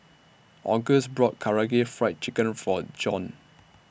Auguste brought Karaage Fried Chicken For Dijon